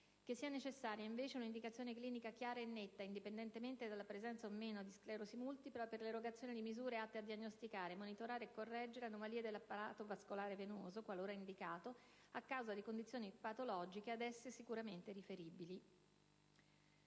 che sia necessaria, invece, un'indicazione clinica chiara e netta, indipendentemente dalla presenza o meno di sclerosi multipla, per l'erogazione di misure atte a diagnosticare, monitorare e correggere anomalie dell'apparato vascolare venoso, qualora indicato, a causa di condizioni patologiche ad esse sicuramente riferibili».